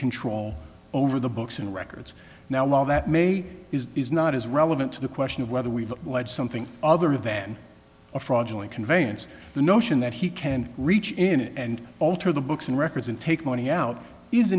control over the books and records now law that may is is not as relevant to the question of whether we've had something other than a fraudulent conveyance the notion that he can reach in and alter the books and records and take money out